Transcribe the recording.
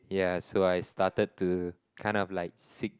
yeah so I started to kind of like seek